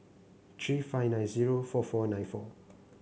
three five nine zero four four nine four